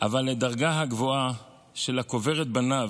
אבל לדרגה הגבוהה של ה"קובר את בניו"